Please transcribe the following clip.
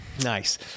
Nice